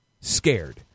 scared